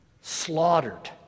slaughtered